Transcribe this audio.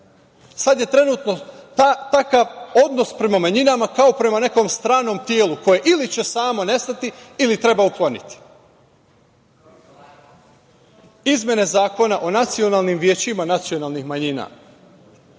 Sad je trenutno takav odnos prema manjinama kao prema nekom stranom telu koje ili će samo nestati ili treba ukloniti. Izmene Zakona o nacionalnim većima nacionalnih manjina